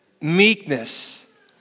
Meekness